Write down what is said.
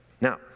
Now